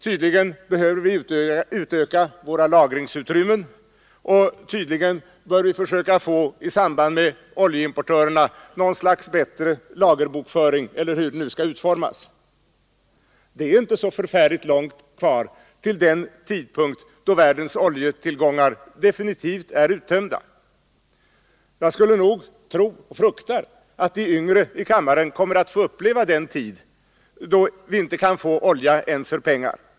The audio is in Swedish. Tydligen behöver vi utöka våra lagringsutrymmen, och tydligen bör vi i samarbete med oljeimportörerna försöka få något slags bättre lagerbokföring eller hur det nu skall utformas. Det är inte så förfärligt långt kvar till den tidpunkt då världens oljetillgångar definitivt är uttömda. Jag fruktar att de yngre i kammaren kommer att få uppleva den tid då vi inte kan få olja ens för pengar.